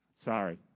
Sorry